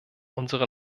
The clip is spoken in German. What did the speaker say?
unsere